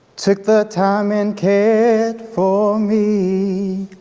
took the time and cared for me.